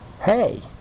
Hey